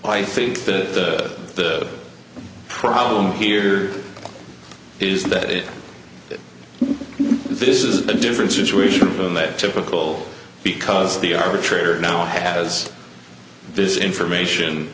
i think that the problem here is that this is a different situation than that typical because the arbitrator now has this information